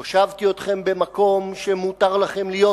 הושבתי אתכם במקום שמותר לכם להיות בו,